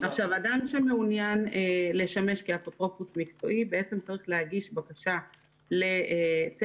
אדם שמעוניין לשמש כאפוטרופוס מקצועי צריך להגיש בקשה לצוות